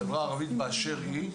החברה הערבית באשר היא,